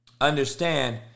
understand